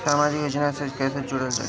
समाजिक योजना से कैसे जुड़ल जाइ?